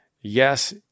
yes